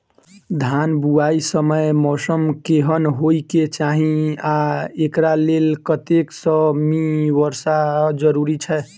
धान बुआई समय मौसम केहन होइ केँ चाहि आ एकरा लेल कतेक सँ मी वर्षा जरूरी छै?